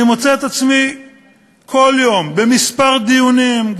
אני מוצא את עצמי כל יום בכמה דיונים,